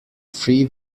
free